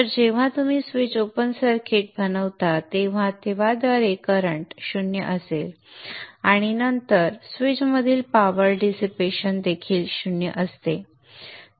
तर जेव्हा तुम्ही स्विच ओपन सर्किट बनवता तेव्हा त्याद्वारे करंट 0 असेल आणि नंतर संदर्भ वेळ ०७०१ स्विचमधील पॉवर डिसिपेशन देखील 0 असेल